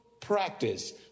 practice